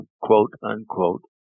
quote-unquote